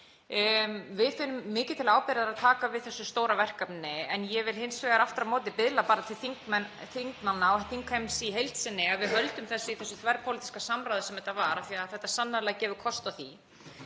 Við finnum mikið til ábyrgðar að taka við þessu stóra verkefni en ég vil aftur á móti biðla til þingmanna og þingheims í heild sinni að við höldum þessu í því þverpólitíska samráði sem þetta var af því að þetta sannarlega gefur kost á því.